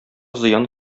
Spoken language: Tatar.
зыян